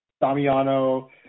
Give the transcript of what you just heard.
Damiano